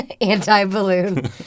Anti-balloon